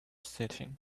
sitting